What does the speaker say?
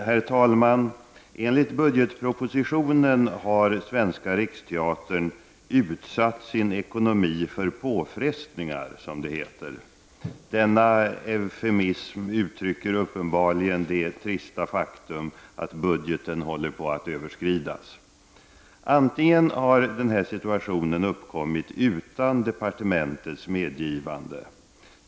Herr talman! Enligt budgetpropositionen har Svenska riksteatern ”utsatt sin ekonomi för påfrestningar”. Denna eufemism uttrycker uppenbarligen det trista faktum att budgeten håller på att överskridas. Antingen har denna situation uppkommit utan departementets medgivande.